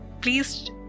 please